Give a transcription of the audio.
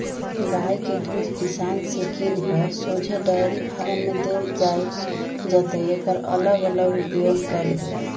गाइ के दूध किसान से किन कऽ शोझे डेयरी फारम में देल जाइ जतए एकर अलग अलग उपयोग कएल गेल